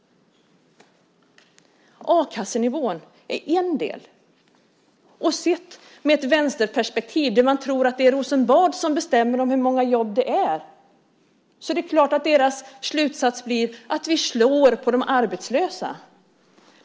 A-kassenivån är en del. Sett i ett vänsterperspektiv - där tror man ju att det är Rosenbad som bestämmer om antalet jobb - är det klart att slutsatsen blir att vi slår på de arbetslösa.